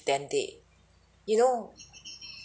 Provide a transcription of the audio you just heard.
then they you know